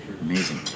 Amazing